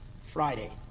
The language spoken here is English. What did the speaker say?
Friday